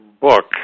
book